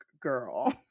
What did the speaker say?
Girl